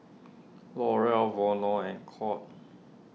L'Oreal Vono and Courts